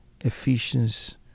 Ephesians